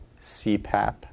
CPAP